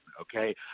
okay